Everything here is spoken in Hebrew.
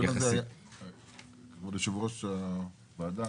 כבוד יושב-ראש הוועדה.